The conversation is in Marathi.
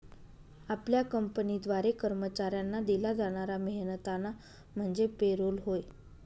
आपल्या कंपनीद्वारे कर्मचाऱ्यांना दिला जाणारा मेहनताना म्हणजे पे रोल होय